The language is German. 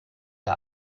der